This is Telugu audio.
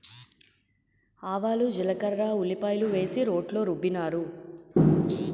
ఆవాలు జీలకర్ర ఉల్లిపాయలు వేసి రోట్లో రుబ్బినారు